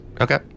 okay